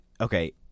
Okay